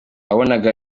wabonaga